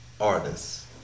artists